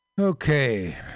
Okay